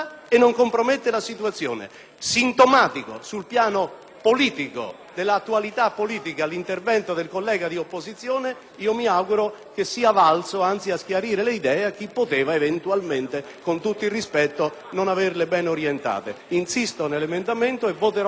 politico dell'attualità politica l'intervento del collega di opposizione; mi auguro che sia valso anzi a schiarire le idee a chi poteva eventualmente, con tutto il rispetto, non averle ben orientate. Insisto pertanto per la votazione di tale emendamento e voterò favorevolmente anche all'emendamento del collega Izzo.